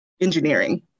engineering